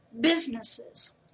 businesses